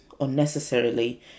unnecessarily